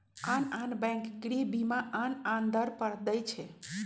आन आन बैंक गृह बीमा आन आन दर पर दइ छै